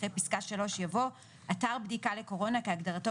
אחרי פסקה (3) יבוא: אתר בדיקה לקורונה כהגדרתו